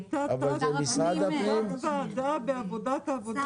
הייתה פעם ועדת משנה כזאת בוועדת העבודה